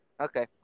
okay